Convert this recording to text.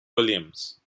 williams